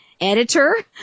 editor